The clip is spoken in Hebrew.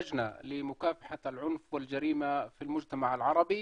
ד״ר מנסור עבאס, הישיבה של הוועדה מלחמה